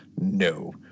no